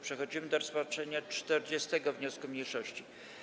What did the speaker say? Przechodzimy do rozpatrzenia 40. wniosku mniejszości.